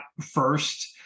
first